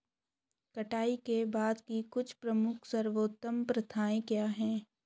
कटाई के बाद की कुछ प्रमुख सर्वोत्तम प्रथाएं क्या हैं?